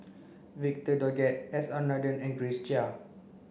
Victor Doggett S R Nathan and Grace Chia